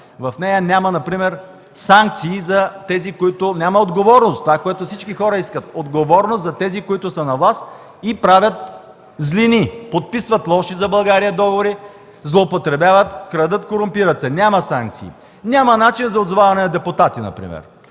В нея няма например санкции, няма отговорност – това, което всички хора искат – отговорност за тези, които са на власт и правят злини – подписват лоши за България договори, злоупотребяват, крадат, корумпират се. Няма санкции! Няма начин за отзоваване на депутати, например.